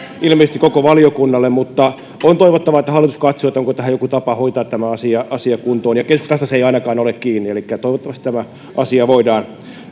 ilmeisesti koko valiokunnalle mutta on toivottavaa että hallitus katsoo onko joku tapa hoitaa tämä asia asia kuntoon keskustasta se ei ainakaan ole kiinni elikkä toivottavasti tämä asia voidaan